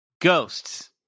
Ghosts